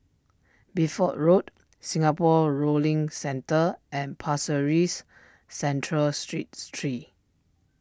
Bideford Road Singapore rolling Centre and Pasir Ris Central Street three